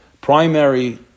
primary